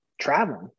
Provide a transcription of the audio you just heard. traveling